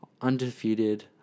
undefeated